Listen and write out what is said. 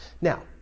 Now